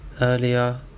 earlier